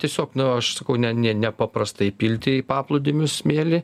tiesiog nu aš sakau ne ne nepaprastai pilti į paplūdimius smėlį